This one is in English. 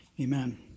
Amen